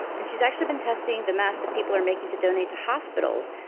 and she's actually been testing the masks that people are making to donate to hospitals.